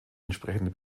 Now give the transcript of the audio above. entsprechende